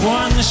one